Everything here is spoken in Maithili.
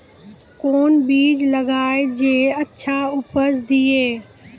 कोंन बीज लगैय जे अच्छा उपज दिये?